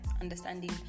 understanding